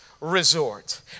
resort